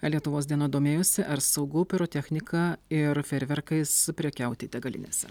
lietuvos diena domėjosi ar saugu pirotechnika ir fejerverkais prekiauti degalinėse